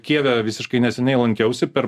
kijeve visiškai neseniai lankiausi per